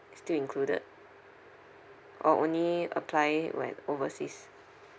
still included or only apply when overseas